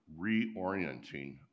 reorienting